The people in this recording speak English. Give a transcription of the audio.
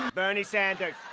bernie sanders.